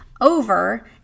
over